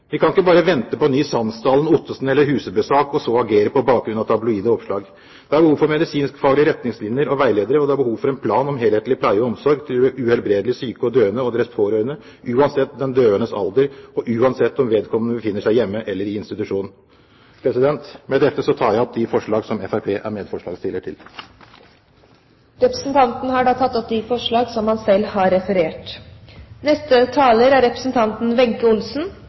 Vi kan ikke bare vente på en ny Sandsdalen-, Ottesen- eller Husebø-sak og så agere på bakgrunn av tabloide oppslag. Det er behov for medisinske retningslinjer og veiledere, det er behov for en plan om helhetlig pleie og omsorg til uhelbredelig syke og døende og deres pårørende – uansett den døendes alder og uansett om den døende befinner seg hjemme eller i institusjon. Jeg tar med dette opp de forslag som Fremskrittspartiet er medforslagsstiller til. Representanten Jon Jæger Gåsvatn har tatt opp de forslag han refererte til. Livshjelp og lindrende behandling i livets siste fase er